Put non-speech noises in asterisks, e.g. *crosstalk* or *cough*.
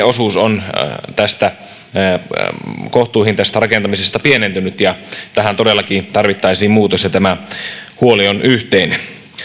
*unintelligible* osuus kohtuuhintaisesta rakentamisesta on pienentynyt tähän todellakin tarvittaisiin muutos ja tämä huoli on yhteinen